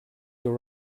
your